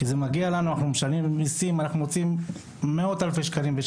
אנחנו לא מבקשים הרבה, רק תנו לנו להיות חוקיים.